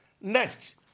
Next